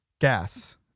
Gas